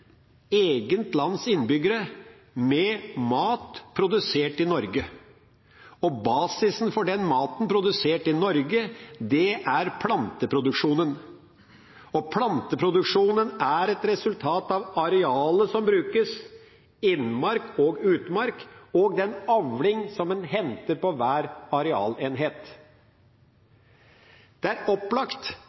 lands innbyggere med mat produsert i Norge. Basisen for maten produsert i Norge er planteproduksjonen, og planteproduksjonen er et resultat av arealet som brukes, innmark og utmark, og den avling som en henter på hver arealenhet. Det er opplagt